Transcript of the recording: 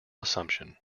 assumption